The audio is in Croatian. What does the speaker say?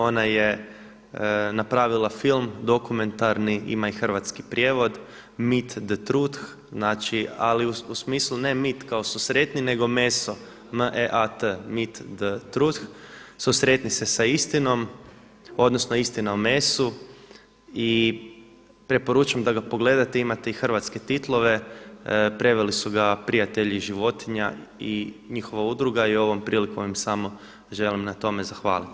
Ona je napravila film dokumentarni, ima i hrvatski prijevod „Meat the truth“ ali u smislu ne meet kao su sretni nego meso meat the truth, susretni se sa istinom odnosno istina o mesu i preporučam da ga pogledate, imate i hrvatske titlove, preveli su ga prijatelji životinja i njihova udruga i ovom prilikom im samo želim na tome zahvaliti.